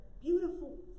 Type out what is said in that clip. beautiful